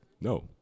No